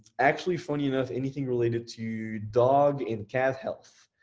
actually funny enough anything related to dog and cat health.